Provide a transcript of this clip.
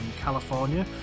California